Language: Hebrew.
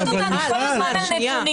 את שואלת אותנו כל הזמן על נתונים,